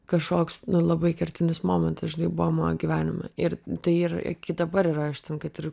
kažkoks labai kertinis momentas žinai buvo mano gyvenime ir tai ir iki dabar yra aš ten kad ir